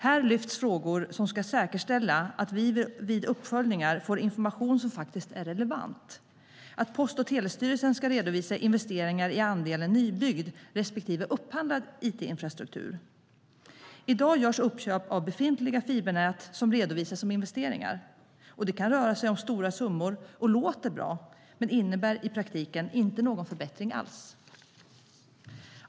Här lyfts frågor fram som ska säkerställa att vi vid uppföljningar får information som faktiskt är relevant. Post och telestyrelsen ska redovisa investeringar i andelen nybyggd respektive upphandlad it-infrastruktur. I dag görs uppköp av befintliga fibernät som redovisas som investeringar. Det kan röra sig om stora summor och låter bra, men innebär i praktiken inte någon förbättring alls.